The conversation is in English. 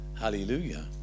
hallelujah